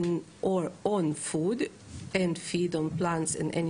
נעשה את זה בהליך מהיר מאוד, עוד היום לפני הדיון,